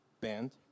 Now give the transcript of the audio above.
band